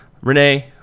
Renee